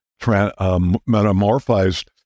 metamorphized